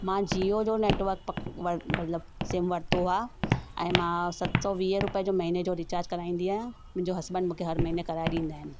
मां जीओ जो नेटवर्क पक वर मतिलब सिम वरितो आहे ऐं मां सत सौ वीहें रुपये जो महीने में रिचार्ज कराईंदी आहियां मुंहिंजो हसबैंड मूंखे हर महीने कराइ ॾींदा आहिनि